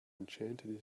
enchanted